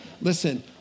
Listen